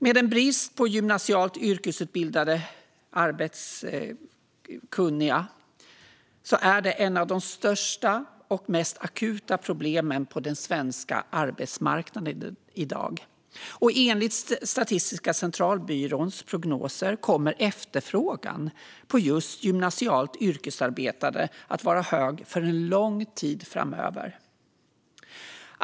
Med en brist på gymnasialt yrkesutbildad arbetskraft är detta en av de största och mest akuta problemen på den svenska arbetsmarknaden i dag. Enligt Statistiska centralbyråns prognoser kommer efterfrågan på just gymnasialt yrkesutbildade att vara hög under lång tid framöver.